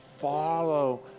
Follow